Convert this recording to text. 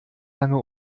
lange